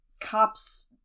cops